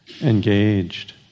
engaged